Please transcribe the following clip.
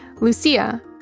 Lucia